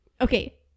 Okay